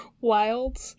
Wild